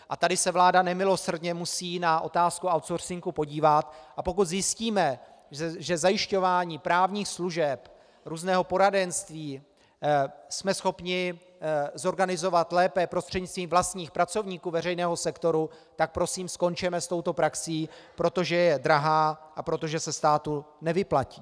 A tady se vláda nemilosrdně musí na otázku outsourcingu podívat, a pokud zjistíme, že zajišťování právních služeb, různého poradenství jsme schopni zorganizovat lépe prostřednictvím vlastních pracovníků veřejného sektoru, tak prosím skončeme s touto praxí, protože je drahá a protože se státu nevyplatí.